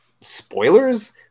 spoilers